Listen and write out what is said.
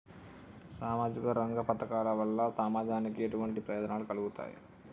సామాజిక రంగ పథకాల వల్ల సమాజానికి ఎటువంటి ప్రయోజనాలు కలుగుతాయి?